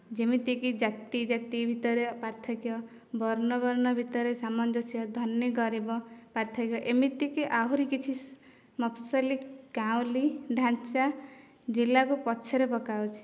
ଯେମିତିକି ଜାତି ଜାତି ଭିତରେ ପାର୍ଥକ୍ୟ ବର୍ଣ୍ଣ ବର୍ଣ୍ଣ ଭିତରେ ସାମଞ୍ଜସ୍ୟ ଧନୀ ଗରିବ ପାର୍ଥକ୍ୟ ଏମିତିକି ଆହୁରି କିଛି ମଫସଲି ଗାଉଁଲି ଢାଞ୍ଚା ଜିଲ୍ଲାକୁ ପଛରେ ପକାଉଛି